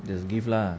just give lah